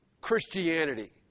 Christianity